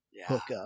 hookup